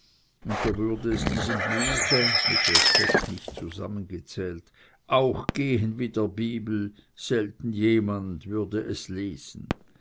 und da würde es diesem buche mit respekt nicht zusammengezählt auch gehen wie der bibel selten jemand würde es lesen